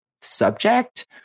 subject